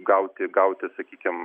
gauti gauti sakykim